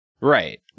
Right